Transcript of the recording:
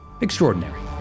extraordinary